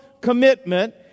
commitment